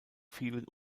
vielen